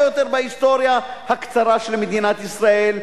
יותר בהיסטוריה הקצרה של מדינת ישראל,